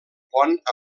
pont